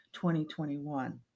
2021